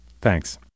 Thanks